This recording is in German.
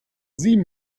sieh